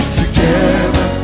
together